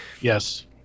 Yes